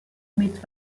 somit